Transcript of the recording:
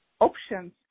options